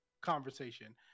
conversation